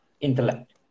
intellect